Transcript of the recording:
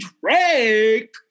Drake